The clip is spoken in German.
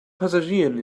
passagieren